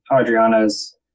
Adriana's